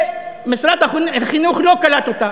ומשרד החינוך לא קלט אותה.